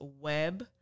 Web